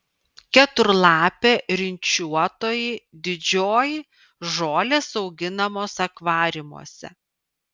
keturlapė rinčiuotoji didžioji žolės auginamos akvariumuose